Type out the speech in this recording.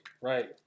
Right